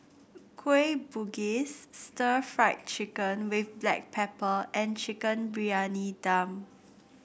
Kueh Bugis Stir Fried Chicken with Black Pepper and Chicken Briyani Dum